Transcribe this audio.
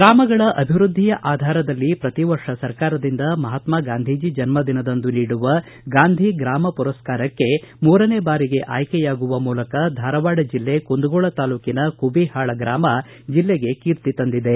ಗ್ರಾಮಗಳ ಅಭಿವೃದ್ಧಿಯ ಆಧಾರದಲ್ಲಿ ಪ್ರತಿ ವರ್ಷ ಸರ್ಕಾರದಿಂದ ಮಹತ್ಮ ಗಾಂಧೀಜಿ ಜನ್ಮದಿನದಂದು ನೀಡುವ ಗಾಂಧಿ ಗ್ರಾಮ ಪುರಸ್ಕಾರ ಕ್ಕೆ ಮೂರನೇ ಬಾರಿಗೆ ಆಯ್ಕೆಯಾಗುವ ಮೂಲಕ ಧಾರವಾಡ ಜಿಲ್ಲೆ ಕುಂದಗೋಳ ತಾಲೂಕಿನ ಕುಬಿಹಾಳ ಗ್ರಾಮ ಜಿಲ್ಲೆಗೆ ಕೀರ್ತಿ ತಂದಿದೆ